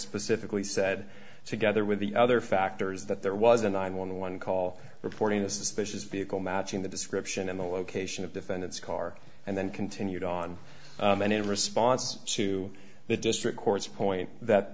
specifically said together with the other factors that there was a nine one one call reporting a suspicious vehicle matching the description and the location of defendant's car and then continued on and in response to the district court's point that